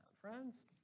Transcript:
friends